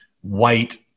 white